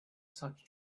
such